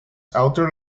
outer